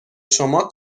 شما